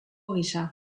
gisa